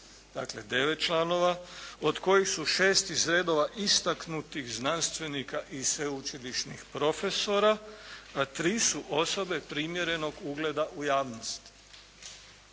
dakle 9 članova, od kojih su 6 iz redova istaknutih znanstvenika i sveučilišnih profesora, a 3 su osobe primjerenog ugleda u javnosti.